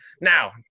Now